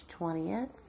20th